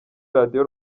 radio